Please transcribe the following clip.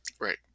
Right